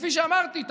וכפי שאמרתי,